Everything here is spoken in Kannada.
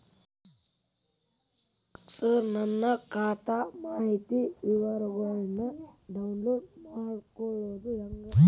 ಸರ ನನ್ನ ಖಾತಾ ಮಾಹಿತಿ ವಿವರಗೊಳ್ನ, ಡೌನ್ಲೋಡ್ ಮಾಡ್ಕೊಳೋದು ಹೆಂಗ?